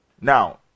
Now